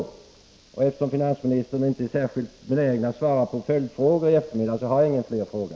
Eftersom finansministern inte är särskilt benägen att svara på följdfrågor i eftermiddag, ställer jag ingen ytterligare fråga.